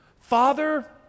father